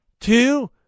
two